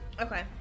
Okay